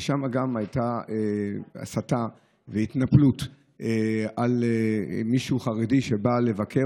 שם גם הייתה הסתה והתנפלות על חרדי שבא לבקר